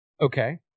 Okay